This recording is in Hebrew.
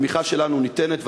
התמיכה שלנו ניתנת,